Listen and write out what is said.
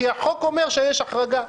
כי החוק אומר שיש החרגה.